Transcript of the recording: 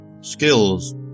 skills